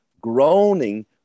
groaning